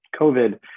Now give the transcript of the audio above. COVID